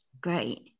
great